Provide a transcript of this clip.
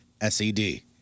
S-E-D